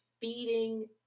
feeding